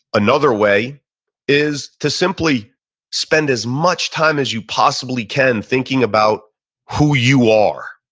another way is to simply spend as much time as you possibly can thinking about who you are,